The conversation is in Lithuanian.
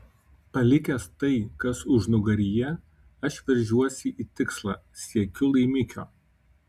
palikęs tai kas užnugaryje aš veržiuosi į tikslą siekiu laimikio